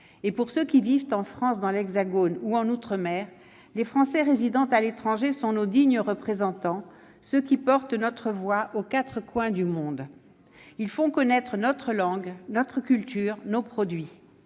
Pour ceux qui vivent en France, dans l'Hexagone ou en outre-mer, les Français résidant à l'étranger sont leurs dignes représentants, ceux qui portent notre voix aux quatre coins du monde. Ils font connaître notre langue, notre culture, nos produits.